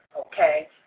okay